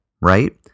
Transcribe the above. right